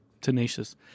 tenacious